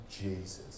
Jesus